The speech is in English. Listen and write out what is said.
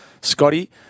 Scotty